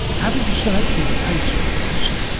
having selected a place for the nest,